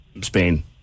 Spain